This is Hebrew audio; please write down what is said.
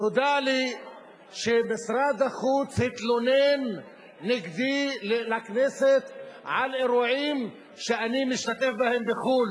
נודע לי שמשרד החוץ התלונן נגדי לכנסת על אירועים שאני משתתף בהם בחו"ל.